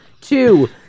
two